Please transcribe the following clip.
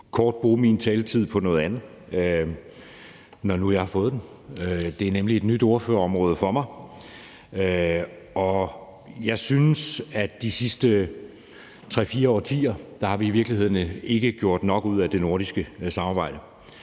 kort bruge min taletid på noget andet, når nu jeg har fået den. Det er nemlig et nyt ordførerområde for mig. Jeg synes, at vi de sidste 3-4 årtier i virkeligheden ikke har gjort nok ud af det nordiske samarbejde.